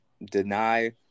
deny